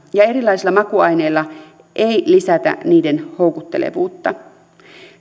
ja erilaisilla makuaineilla ei lisätä niiden houkuttelevuutta